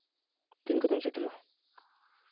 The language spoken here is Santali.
ᱛᱤᱱ ᱠᱚᱛᱮᱢ ᱥᱮᱴᱮᱨᱟ